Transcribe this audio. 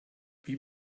wie